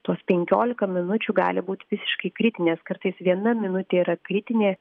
tos penkiolika minučių gali būti visiškai kritinės kartais viena minutė yra kritinė